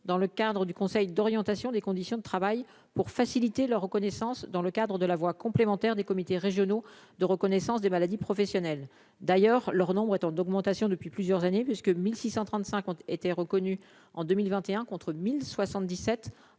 dans le cadre du conseil d'orientation des conditions de travail pour faciliter leur reconnaissance dans le cadre de la voie complémentaire des comités régionaux de reconnaissance des maladies professionnelles, d'ailleurs, leur nombre est en augmentation depuis plusieurs années puisque 1635 ont été reconnus en 2021 contre 1077 en 2019 les données